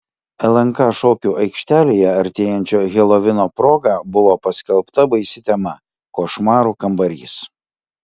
lnk šokių aikštelėje artėjančio helovino proga buvo paskelbta baisi tema košmarų kambarys